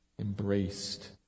embraced